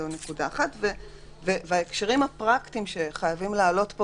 יש פה הקשרים פרטיים שחייבים להעלות אותם,